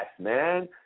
man